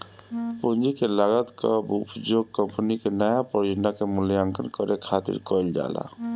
पूंजी के लागत कअ उपयोग कंपनी के नया परियोजना के मूल्यांकन करे खातिर कईल जाला